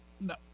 No